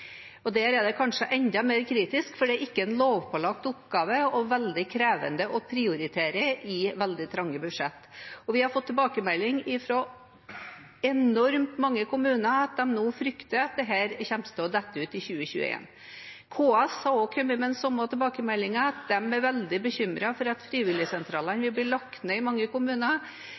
og der er det kanskje enda mer kritisk, for det er ikke en lovpålagt oppgave – og veldig krevende – å prioritere i veldig trange budsjett. Vi har fått tilbakemelding fra enormt mange kommuner om at de nå frykter at dette kommer til å dette ut i 2021. KS har også kommet med den samme tilbakemeldingen. De er veldig bekymret for at frivilligsentralene vil bli lagt ned i mange kommuner,